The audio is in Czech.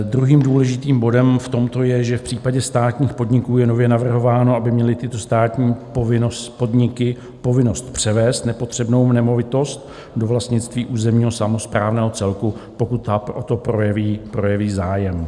Druhým důležitým bodem v tomto je, že v případě státních podniků je nově navrhováno, aby měly tyto státní podniky povinnost převést nepotřebnou nemovitost do vlastnictví územního samosprávného celku, pokud o to projeví zájem.